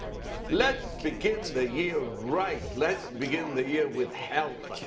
let's begin the year right. let's begin the year with health.